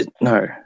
No